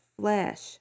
flesh